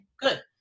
Good